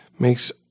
makes